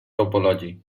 topology